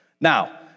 Now